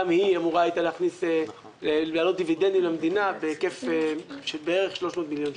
גם היא אמורה להעלות דיבידנדים למדינה בהיקף של בערך 300 מיליון שקלים.